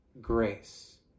grace